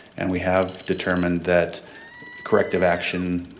and we have determined that corrective action,